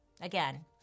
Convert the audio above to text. Again